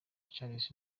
charles